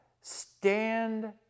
stand